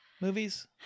movies